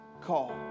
call